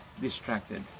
distracted